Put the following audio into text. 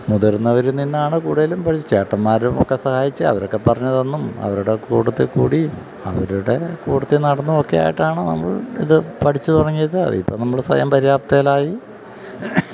മുതിർന്നവരില് നിന്നാണ് കൂടുതലും പഠിച്ചത് ചേട്ടന്മാരുമൊക്കെ സഹായിച്ച് അവരൊക്കെ പറഞ്ഞുതന്നും അവരുടെ കൂട്ടത്തില്ക്കൂടി അവരുടെ കൂട്ടത്തില് നടന്നുമൊക്കെയായിട്ടാണ് നമ്മൾ ഇത് പഠിച്ചുതുടങ്ങിയത് അതിപ്പോള് നമ്മള് സ്വയം പര്യാപ്തതയിലായി